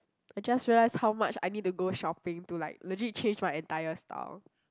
I just realise how much I need to go shopping to like legit change my entire style